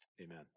Amen